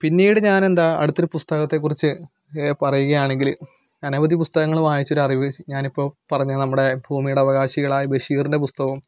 പിന്നീട് ഞാനെന്താ അടുത്തൊരു പുസ്തകത്തെക്കുറിച്ച് എ പറയുകയാണെങ്കില് അനവധി പുസ്തകങ്ങള് വായിച്ചൊരറിവ് ഞാനിപ്പോൾ പറഞ്ഞ നമ്മുടെ ഭൂമിയുടെ അവകാശികളായ ബഷീറിൻ്റെ പുസ്തകവും